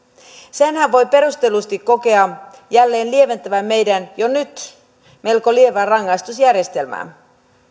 senhän voi perustellusti kokea jälleen lieventävän meidän jo nyt melko lievää rangaistusjärjestelmää